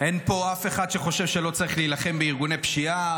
אין פה אף אחד שחושב שלא צריך להילחם בארגוני פשיעה,